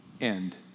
end